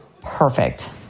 perfect